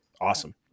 awesome